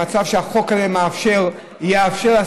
במצב שהחוק הזה יאפשר לעשות.